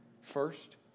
First